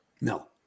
No